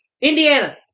Indiana